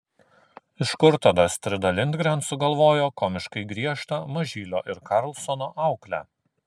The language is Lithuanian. iš kur tada astrida lindgren sugalvojo komiškai griežtą mažylio ir karlsono auklę